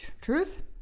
truth